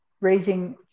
raising